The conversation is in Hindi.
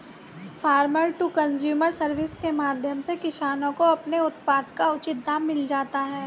फार्मर टू कंज्यूमर सर्विस के माध्यम से किसानों को अपने उत्पाद का उचित दाम मिल जाता है